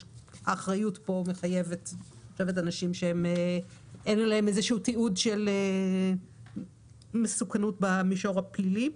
האחריות פה מחייבת אנשים שאין להם תיעוד של מסוכנות במישור הפלילי.